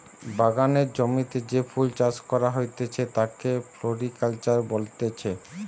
বাগানের জমিতে যে ফুল চাষ করা হতিছে তাকে ফ্লোরিকালচার বলতিছে